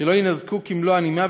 שלא יינזקו כמלוא הנימה.